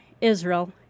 Israel